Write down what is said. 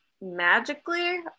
magically